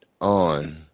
on